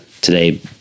today